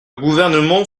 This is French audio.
gouvernement